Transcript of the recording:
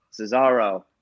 Cesaro